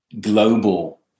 global